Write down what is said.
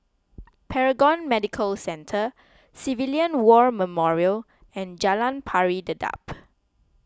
Paragon Medical Centre Civilian War Memorial and Jalan Pari Dedap